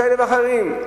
כאלה ואחרים.